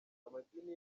amadini